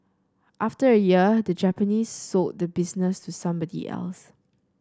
after a year the Japanese sold the business to somebody else